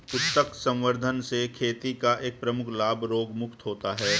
उत्तक संवर्धन से खेती का एक प्रमुख लाभ रोगमुक्त पौधे हैं